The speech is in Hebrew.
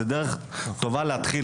החוק הזה הוא דרך טובה להתחיל,